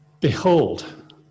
Behold